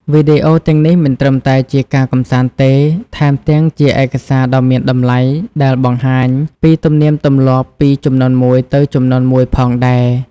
វីដេអូទាំងនេះមិនត្រឹមតែជាការកម្សាន្តទេ ថែមទាំងជាឯកសារដ៏មានតម្លៃដែលបង្ហាញពីទំនៀមទម្លាប់ពីជំនាន់មួយទៅជំនាន់មួយផងដែរ។